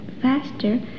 Faster